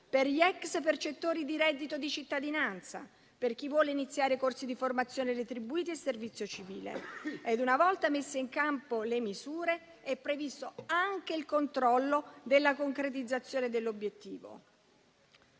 per gli *ex* percettori di reddito di cittadinanza, per chi vuole iniziare corsi di formazione retribuiti e servizio civile. Ed una volta messe in campo le misure, è previsto anche il controllo della concretizzazione dell'obiettivo.